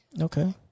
Okay